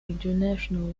international